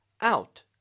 out